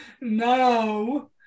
No